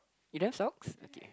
you don't have socks okay